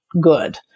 good